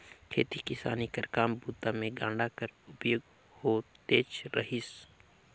खेती किसानी कर काम बूता मे गाड़ा कर उपयोग होतेच रहिस